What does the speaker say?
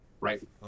Right